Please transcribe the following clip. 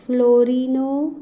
Florino